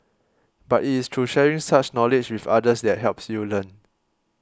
but it is through sharing such knowledge with others that helps you learn